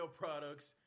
products